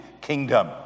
Kingdom